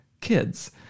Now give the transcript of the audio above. kids